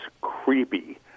creepy